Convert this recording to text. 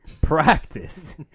practiced